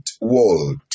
world